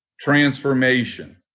transformation